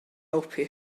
helpu